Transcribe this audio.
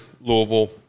Louisville